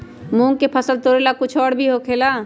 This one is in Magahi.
मूंग के फसल तोरेला कुछ और भी होखेला?